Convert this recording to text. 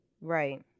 Right